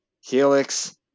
helix